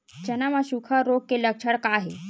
चना म सुखा रोग के लक्षण का हे?